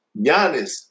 Giannis